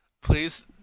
please